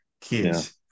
kids